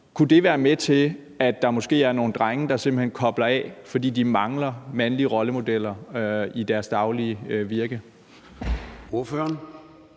Kunne det være med til, at der måske er nogle drenge, der simpelt hen bliver koblet af, fordi de mangler mandlige rollemodeller i deres dagligdag?